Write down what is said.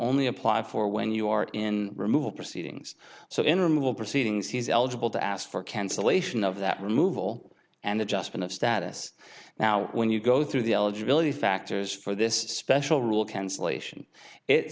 only apply for when you are in removal proceedings so in removal proceedings he's eligible to ask for cancellation of that removal and adjustment of status now when you go through the eligibility factors for this special rule cancellation it